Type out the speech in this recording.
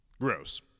Gross